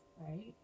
Right